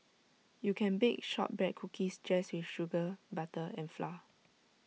you can bake Shortbread Cookies just with sugar butter and flour